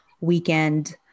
weekend